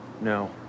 No